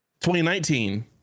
2019